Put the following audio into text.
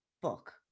book